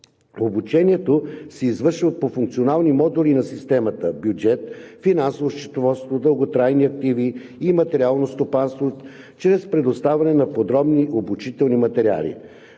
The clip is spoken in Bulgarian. Обучението се извършва по функционални модули на системата: бюджет, финансово счетоводство; дълготрайни активи и материално стопанство, чрез предоставяне на подробни обучителни материали.